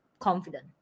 confident